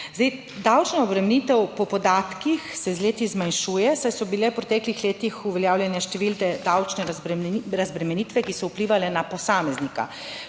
naprej. Davčna obremenitev po podatkih se z leti zmanjšuje, saj so bile v preteklih letih uveljavljene številne davčne razbremenitve, ki so vplivale na posameznika.